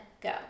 go